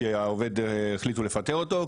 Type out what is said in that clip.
כי העובד החליטו לפטר אותו,